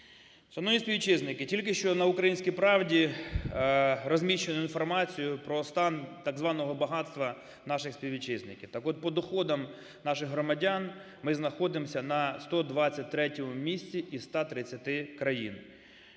Шановні співвітчизники, тільки що на "Українській правді" розміщено інформацію про стан так званого багатства наших співвітчизників. Так от, по доходах наших громадян ми знаходимося на 123 місці із 130 країн.